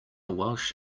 welsh